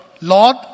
Lord